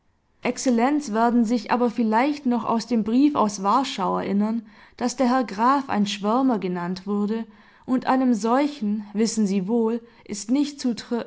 exzellenz werden sich aber vielleicht noch aus dem brief aus warschau erinnern daß der herr graf ein schwärmer genannt wurde und einem solchen wissen sie wohl ist nicht